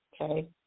Okay